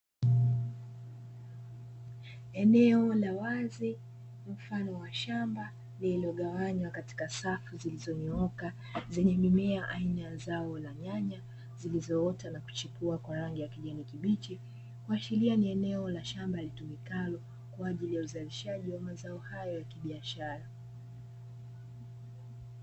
Eneo la wazi mfano wa shamba lililo gawanywa katika safu zilizo nyooka zenye mima aina ya zao la nyanya zilizoota na kuchipua kwa rangi ya kijani kibichi, kuashiria ni eneo la shamba litumikalo kwa ajili ya uzalishaji wa mazao hayo ya biashara.